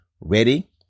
ready